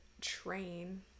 train